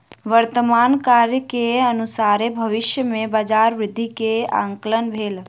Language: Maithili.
वर्तमान कार्य के अनुसारे भविष्य में बजार वृद्धि के आंकलन भेल